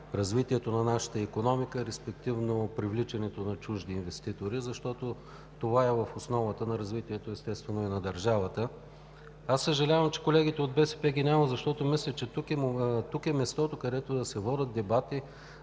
развитието на нашата икономика, респективно привличането на чужди инвеститори, защото това, естествено, е в основата на развитието и на държавата. Съжалявам, че колегите от БСП ги няма, защото мисля, че тук е мястото, където да се водят дебати